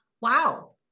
Wow